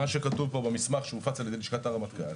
מה שכתוב פה במסמך שהופץ על ידי לשכת הרמטכ"ל,